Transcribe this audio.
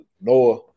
Noah